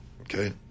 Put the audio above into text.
Okay